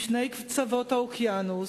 משני קצוות האוקיינוס,